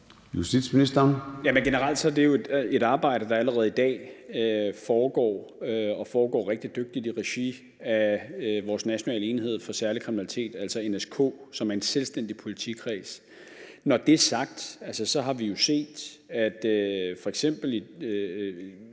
det jo et arbejde, der allerede i dag foregår og foregår rigtig dygtigt i regi af vores nationale enhed for særlig kriminalitet, altså NSK, som er en selvstændig politikreds. Når det er sagt, har vi jo set, at det